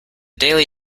daily